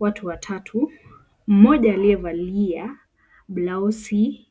Watu watatu, mmoja aliyevalia blausi